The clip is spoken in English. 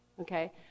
okay